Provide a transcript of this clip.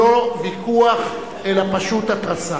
לא של ויכוח אלא פשוט התרסה.